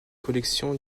collections